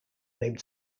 named